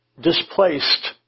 displaced